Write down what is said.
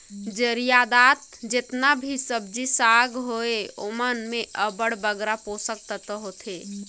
जरियादार जेतना भी सब्जी साग होथे ओमन में अब्बड़ बगरा पोसक तत्व होथे